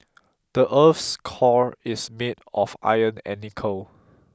the earth's core is made of iron and nickel